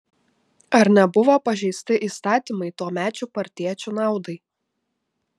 ar nebuvo pažeisti įstatymai tuomečių partiečių naudai